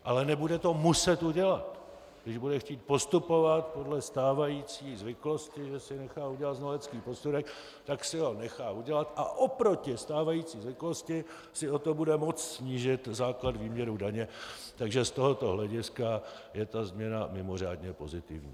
Ale nebude to muset udělat, když bude chtít postupovat podle stávající zvyklosti, že si nechá udělat znalecký posudek, tak si ho nechá udělat, a oproti stávající zvyklosti si o to bude moct snížit základ výměru daně, takže z tohoto hlediska je ta změna mimořádně pozitivní.